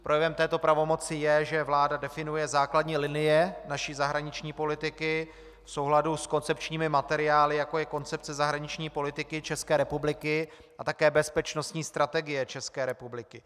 Projevem této pravomoci je, že vláda definuje základní linie naší zahraniční politiky v souladu s koncepčními materiály, jako je koncepce zahraniční politiky České republiky a také bezpečnostní strategie České republiky.